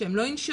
שהם לא ינשרו,